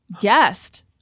guest